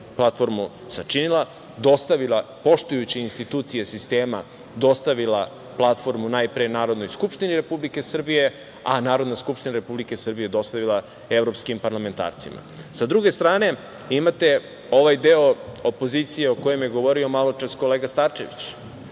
platformu je sačinila, dostavila poštujući institucije sistema. Dostavila platformu najpre Narodnoj skupštini Republike Srbije, a Narodna skupština Republike Srbije je dostavila evropskim parlamentarcima. Sa druge strane, imate ovaj deo opozicije o kojima je govorio maločas kolega Starčević,